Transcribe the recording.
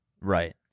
Right